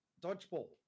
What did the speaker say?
Dodgeball